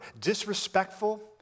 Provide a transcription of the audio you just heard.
disrespectful